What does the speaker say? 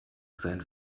sein